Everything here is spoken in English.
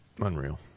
Unreal